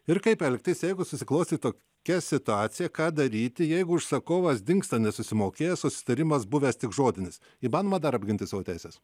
ir kaip elgtis jeigu susiklostė tokia situacija ką daryti jeigu užsakovas dingsta nesusimokėjęs susitarimas buvęs tik žodinis įmanoma dar apginti savo teises